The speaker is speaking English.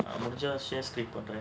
கொஞ்சம் பண்றேன்:konjam pandraen